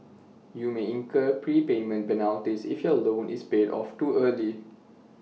you may incur prepayment penalties if your loan is paid off too early